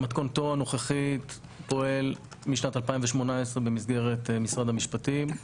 במתכונתו הנוכחית פועל משנת 2018 במסגרת משרד המשפטים,